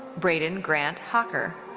braden grant hocker.